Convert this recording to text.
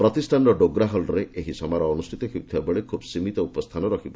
ପ୍ରତିଷ୍ଠାନର ଡୋଗ୍ରା ହଲ୍ରେ ଏହି ସମାରୋହ ଅନୁଷ୍ଠିତ ହେବାକ ଥିବାବେଳେ ଖୁବ୍ ସୀମିତ ଉପସ୍ଥାନ ରହିବ